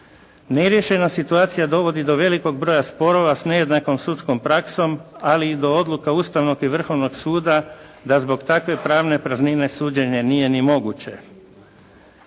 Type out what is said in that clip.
Neriješena situacija dovodi do velikog broja sporova s nejednakom sudskom praksom, ali i do odluka Ustavnog i Vrhovnog suda da zbog takve pravne praznine suđenje nije ni moguće.